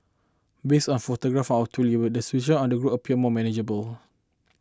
based on photograph our tour leader the situation on the ground appear manageable